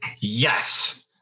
Yes